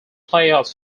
playoffs